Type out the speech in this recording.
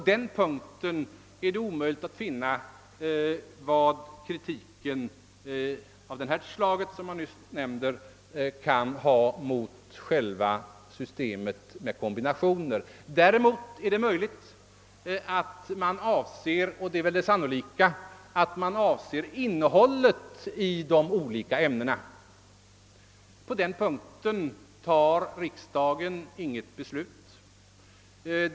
Det är alltså omöjligt att finna att den av mig nyss nämnda kritiken mot själva systemet med kombinationer kan ha något berättigande. Däremot är det möjligt och kanske sannolikt att man syftar på innehållet i de olika ämnena. I detta avseende tar riksdagen ingen som helst ställning.